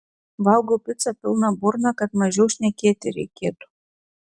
valgau picą pilna burna kad mažiau šnekėti reikėtų